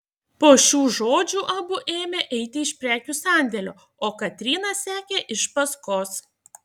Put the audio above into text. po šių žodžių abu ėmė eiti iš prekių sandėlio o katryna sekė iš paskos